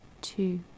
two